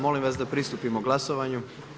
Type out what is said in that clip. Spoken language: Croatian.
Molim vas da pristupimo glasovanju.